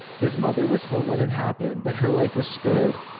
his mother was home when it happened, but her life was spared.